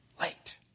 late